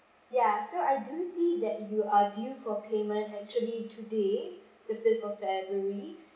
right yeah so I do see that you are due for payment actually today the fifth of february